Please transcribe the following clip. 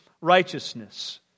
righteousness